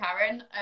karen